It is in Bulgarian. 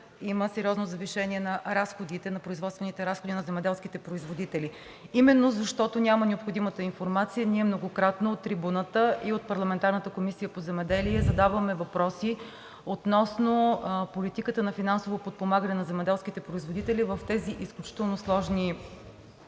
има сериозно завишение на разходите, на производствените разходи на земеделските производители? Именно защото я няма необходимата информация, ние многократно от трибуната и от парламентарната Комисия по земеделие задаваме въпроси относно политиката на финансово подпомагане на земеделските производители в тези изключително сложни